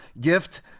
gift